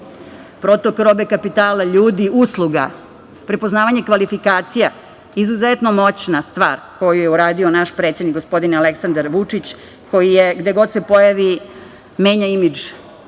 Protok robe kapitala ljudi, usluga, prepoznavanje kvalifikacija. Izuzetno moćna stvar koju je uradio naš predsednik gospodin Aleksandar Vučić, koji gde god se pojavi menja imidž